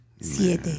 Siete